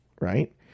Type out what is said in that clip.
right